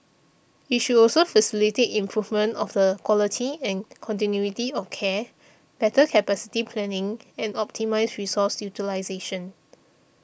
it should also facilitate improvement of the quality and continuity of care better capacity planning and optimise resource utilisation